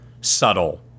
subtle